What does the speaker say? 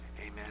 amen